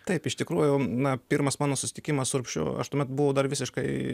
taip iš tikrųjų na pirmas mano susitikimas su urbšiu aš tuomet buvo dar visiškai